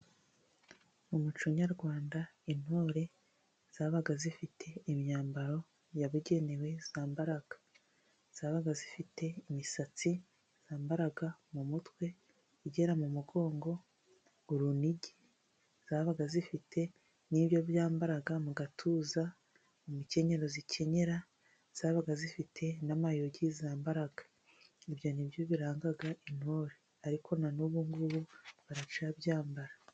Mu muco nyarwanda intore zabaga zifite imyambaro yabugenewe za mbara, zabaga zifite imisatsi zambara mu mutwe igera mu mugongo urunigi, zabaga zifite n'ibyo bambara mu gatuza, umukenyero zikenyera ,zabaga zifite n'amayugi za mbara ibyo byose biranga intore ariko na n'ubungubu baracya byambara.